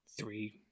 Three